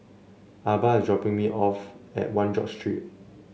Arba dropping me off at One George Street